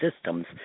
systems